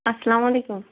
اَلسلامُ علیکُم